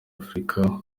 africa